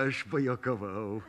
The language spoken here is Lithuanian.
aš pajuokavau